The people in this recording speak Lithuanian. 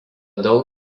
daug